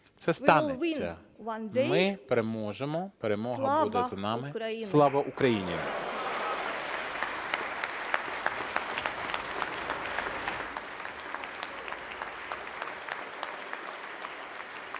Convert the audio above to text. Це станеться, ми переможемо, перемога буде за нами. Слава Україні!